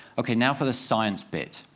okay, now for the science bit.